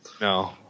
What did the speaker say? no